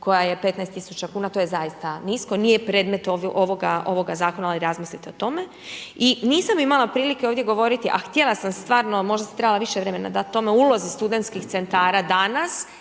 koja je 15000 kuna, to je zaista nisko, nije predmet ovoga Zakona ali razmislite o tome, i nisam imala prilike ovdje govoriti a htjela sam stvarno, možda sam trebala više vremena dati tome, ulozi studentskih centara danas